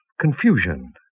confusion